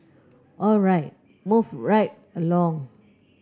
all right move right along